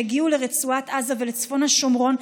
שהגיעו לרצועת עזה וצפון השומרון,